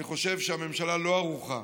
אני חושב שהממשלה לא ערוכה,